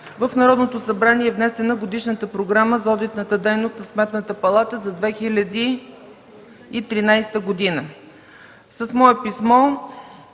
в Народното събрание е внесена Годишната програма за одитната дейност на Сметната палата за 2013 г.